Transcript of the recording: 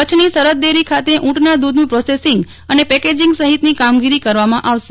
કચ્છની સરહદ ડેરી ખાત ઉંટના દુધનું પ્રોસેસીગ અને પેકેજોંગ સહિતની કામગીરી કરવામાં આવશે